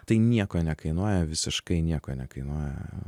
tai nieko nekainuoja visiškai nieko nekainuoja